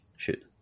Shoot